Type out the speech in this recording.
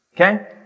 Okay